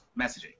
messaging